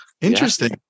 Interesting